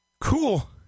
Cool